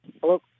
Hello